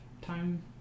time